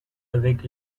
avec